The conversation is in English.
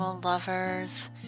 Lovers